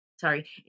sorry